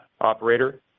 operator